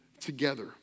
together